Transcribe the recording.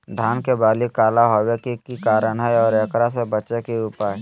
धान के बाली काला होवे के की कारण है और एकरा से बचे के उपाय?